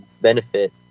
benefit